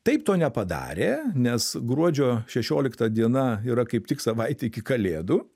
taip to nepadarė nes gruodžio šešiolikta diena yra kaip tik savaitė iki kalėdų